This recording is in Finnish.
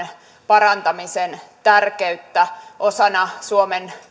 parantamisen tärkeyttä osana suomen